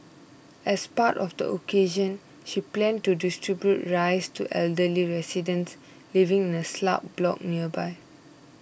as part of the occasion she planned to distribute rice to elderly residents living in a slab block nearby